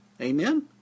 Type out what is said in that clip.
Amen